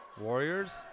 Warriors